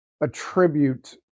attribute